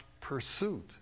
pursuit